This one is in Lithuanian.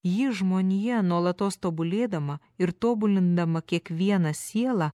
jį žmonija nuolatos tobulėdama ir tobulindama kiekvieną sielą